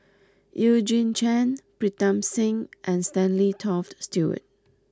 Eugene Chen Pritam Singh and Stanley Toft Stewart